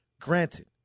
Granted